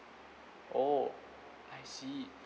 oh I see